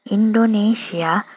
Indonesia